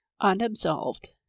Unabsolved